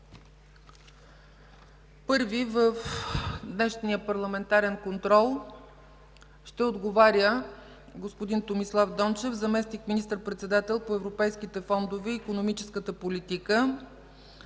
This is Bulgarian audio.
Първи в днешния Парламентарен контрол ще отговаря господин Томислав Дончев – заместник министър-председател по европейските фондове и икономическата политика,